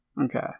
Okay